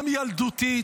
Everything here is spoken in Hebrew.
גם ילדותית,